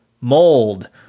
mold